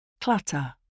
Clutter